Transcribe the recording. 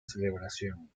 celebración